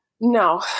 No